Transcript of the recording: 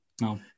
No